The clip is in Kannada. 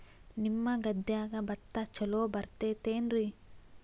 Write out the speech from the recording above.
ನಿಮ್ಮ ಗದ್ಯಾಗ ಭತ್ತ ಛಲೋ ಬರ್ತೇತೇನ್ರಿ?